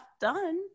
done